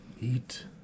Eat